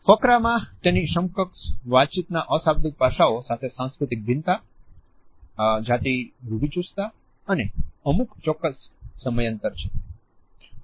ફકરામાં તેની સમકક્ષ વાતચીતના અશાબ્દિક પાસાઓ સાથે સાંસ્કૃતિક ભિન્નતા જાતિ રૂઢિચુસ્તતા અને અમુક ચોક્કસ સમય અંતર છે